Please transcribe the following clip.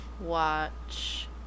watch